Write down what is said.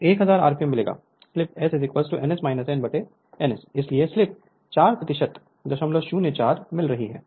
तो 1000 आरपीएम मिलेगा स्लिप S ns n ns है इसलिए स्लिप 4 004 मिल रही है